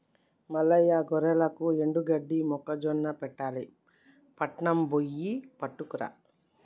మల్లయ్య గొర్రెలకు ఎండుగడ్డి మొక్కజొన్న పెట్టాలి పట్నం బొయ్యి పట్టుకురా